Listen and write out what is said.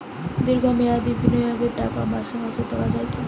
দীর্ঘ মেয়াদি বিনিয়োগের টাকা মাসে মাসে তোলা যায় কি?